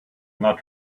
not